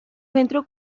centro